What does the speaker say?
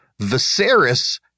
Viserys